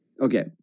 Okay